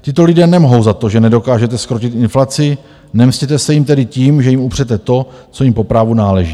Tito lidé nemohou za to, že nedokážete zkrotit inflaci, nemstěte se jim tedy tím, že jim upřete to, co jim po právu náleží.